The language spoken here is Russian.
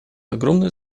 огромное